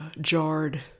jarred